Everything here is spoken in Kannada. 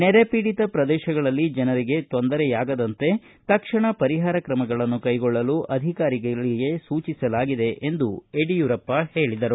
ನೆರೆ ಪೀಡಿತ ಪ್ರದೇಶಗಳಲ್ಲಿ ಜನರಿಗೆ ತೊಂದರೆಯಾಗದಂತೆ ತಕ್ಷಣ ಪರಿಹಾರ ತ್ರಮಗಳನ್ನು ಕೈಗೊಳ್ಳಲು ಅಧಿಕಾರಿಗಳಿಗೆ ಸೂಚಿಸಲಾಗಿದೆ ಎಂದು ಯಡಿಯೂರಪ್ಪ ಹೇಳಿದರು